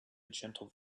gentle